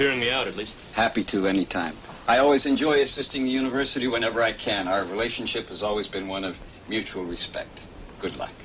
hearing me out at least happy to any time i always enjoy assisting university whenever i can our relationship has always been one of mutual respect good luck